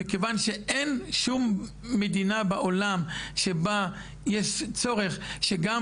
מכיוון שאין שום מדינה בעולם שבה יש צורך שגם